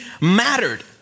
mattered